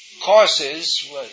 courses